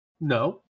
No